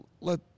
Let